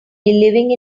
living